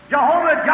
Jehovah